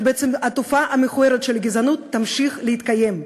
ובעצם התופעה המכוערת של גזענות תמשיך להתקיים.